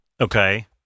Okay